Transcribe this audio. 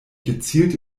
gezielte